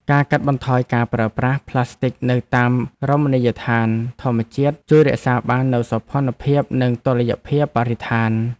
ការកាត់បន្ថយការប្រើប្រាស់ផ្លាស្ទិកនៅតាមរមណីយដ្ឋានធម្មជាតិជួយរក្សាបាននូវសោភ័ណភាពនិងតុល្យភាពបរិស្ថាន។